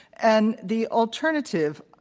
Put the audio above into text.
and the alternative,